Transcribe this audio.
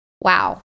Wow